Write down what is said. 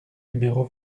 numéro